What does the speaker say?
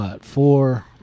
four